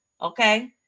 okay